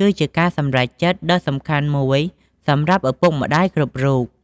គឺជាការសម្រេចចិត្តដ៏សំខាន់មួយសម្រាប់ឪពុកម្តាយគ្រប់រូប។